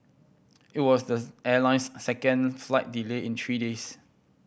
it was the airline's second flight delay in three days